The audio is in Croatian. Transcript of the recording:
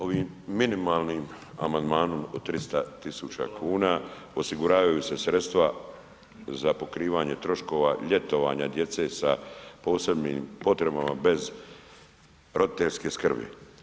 Ovim minimalnim amandmanom od 300.000 kuna osiguravaju se sredstva za pokrivanja troškova ljetovanja djece sa posebnim potrebama bez roditeljske skrbi.